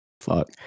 Fuck